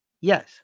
Yes